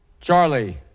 Charlie